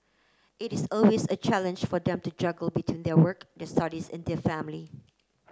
it is always a challenge for them to juggle between their work the studies and the family